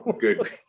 good